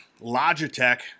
Logitech